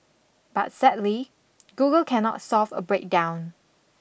but sadly Google cannot solve a breakdown